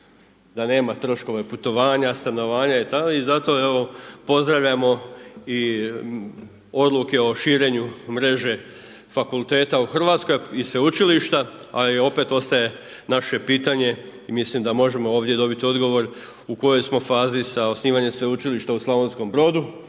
da nema troškove putovanja, stanovanja itd. i zato pozdravljamo odluke o širenju mreže fakulteta u Hrvatskoj i sveučilišta a i opet ostaje naše pitanje i mislim da ovdje možemo dobiti odgovor u kojom smo fazi sa osnivanjem Sveučilišta u Slavonskom Brodu.